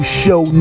show